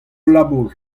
labour